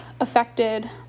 affected